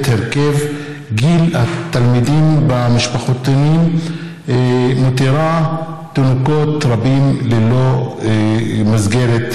הרכב גיל התלמידים במשפחתונים מותירה תינוקות רבים ללא מסגרת